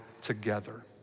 together